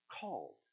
called